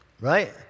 right